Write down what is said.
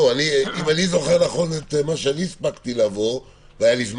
אם אני זוכר נכון את מה שהספקתי לעבור עליו,